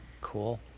cool